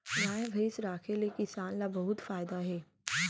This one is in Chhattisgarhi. गाय भईंस राखे ले किसान ल बहुत फायदा हे